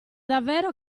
davvero